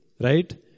right